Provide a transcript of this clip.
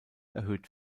erhöht